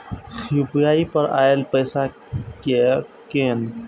UPI पर आएल पैसा कै कैन?